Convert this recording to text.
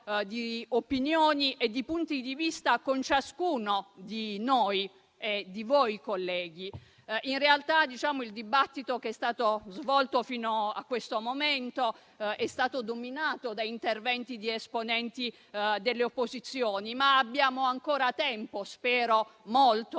di opinioni e di punti di vista con ciascuno di noi e di voi. In realtà, il dibattito che è stato svolto fino a questo momento è stato dominato da interventi di esponenti delle opposizioni, ma abbiamo ancora tempo - auspico molto,